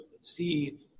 see